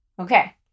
Okay